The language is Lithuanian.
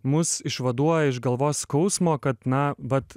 mus išvaduoja iš galvos skausmo kad na vat